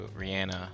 Rihanna